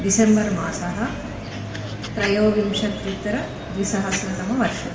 दिसेम्बर् मासः त्रयोविंशत्युत्तर द्विसहस्रतमवर्षः